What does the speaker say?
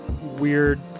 weird